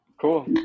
Cool